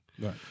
Right